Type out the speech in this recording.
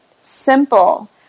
simple